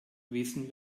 wissen